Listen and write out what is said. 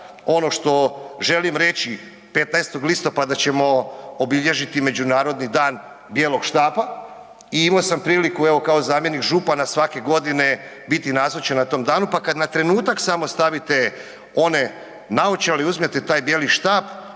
Ono što želim reći, 15. listopada ćemo obilježiti Međunarodni dan bijelog štapa i imo sam priliku evo kao zamjenik župana svake godine biti nazočan na tom danu, pa kad na trenutak samo stavite one naočale i uzmete taj bijeli štap,